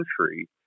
country